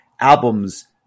albums